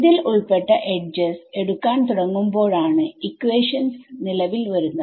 ൽ ഉൾപ്പെട്ട എഡ്ജസ് എടുക്കാൻ തുടങ്ങുമ്പോഴാണ് ഇക്വേഷൻസ്നിലവിൽ വരുന്നത്